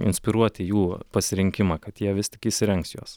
inspiruoti jų pasirinkimą kad jie vis tik įsirengs juos